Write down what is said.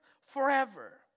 forever